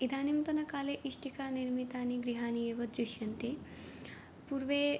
इदानीन्तनकाले इष्टिकानिर्मितानि गृहाणि एव दृश्यन्ते पूर्वं